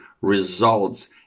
results